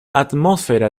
atmósfera